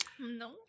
No